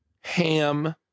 ham